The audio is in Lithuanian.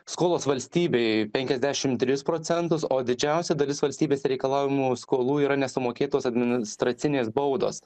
skolos valstybei penkiasdešim tris procentus o didžiausia dalis valstybės reikalaujamų skolų yra nesumokėtos administracinės baudos